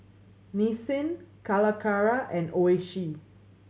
Nissin Calacara and Oishi